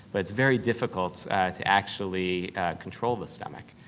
but it's very difficult to actually control the stomach.